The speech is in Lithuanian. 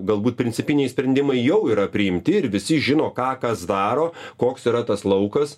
galbūt principiniai sprendimai jau yra priimti ir visi žino ką kas daro koks yra tas laukas